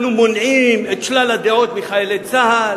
אנחנו מונעים את שלל הדעות מחיילי צה"ל.